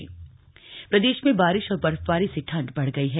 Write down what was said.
मौसम प्रदेश में बारिश और बर्फबारी से ठंड बढ़ गई है